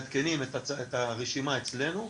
מעדכנים את הרשימה אצלנו,